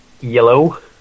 Yellow